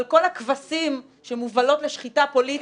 אבל כל הכבשים שמובלות לשחיטה פוליטית,